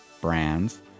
brands